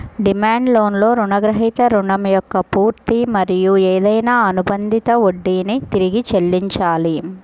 demand లోన్లో రుణగ్రహీత రుణం యొక్క పూర్తి మరియు ఏదైనా అనుబంధిత వడ్డీని తిరిగి చెల్లించాలి